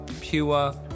pure